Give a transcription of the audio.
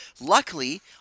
Luckily